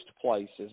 places